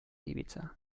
ibiza